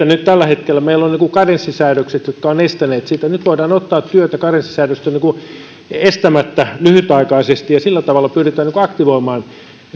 nyt tällä hetkellä meillä on karenssisäännökset jotka ovat estäneet sitä nyt voidaan ottaa työtä karenssisäännösten estämättä lyhytaikaisesti ja sillä tavalla pyritään aktivoimaan